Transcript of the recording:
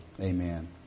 Amen